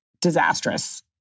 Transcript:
disastrous